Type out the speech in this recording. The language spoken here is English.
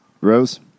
Rose